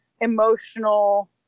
emotional